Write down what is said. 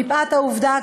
מפאת העובדה,